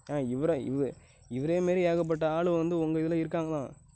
ஆ இவரா இவ இவரை மாதிரி ஏகப்பட்ட ஆள் வந்து உங்கள் இதில் இருக்காங்கதான்